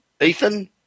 Ethan